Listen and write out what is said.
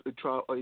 trial